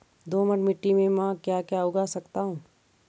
दोमट मिट्टी में म ैं क्या क्या उगा सकता हूँ?